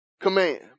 command